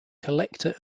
collector